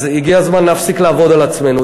אז הגיע הזמן להפסיק לעבוד על עצמנו.